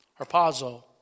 Harpazo